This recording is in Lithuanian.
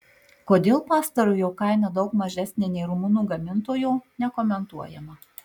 kodėl pastarojo kaina daug mažesnė nei rumunų gamintojo nekomentuojama